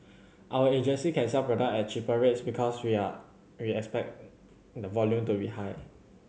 our agency can sell products at cheaper rates because we are we expect the volume to be high